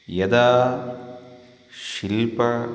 यदा शिल्पः